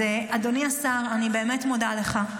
אז אדוני השר, אני באמת מודה לך.